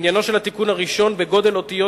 עניינו של התיקון הראשון בגודל אותיות